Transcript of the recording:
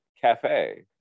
cafe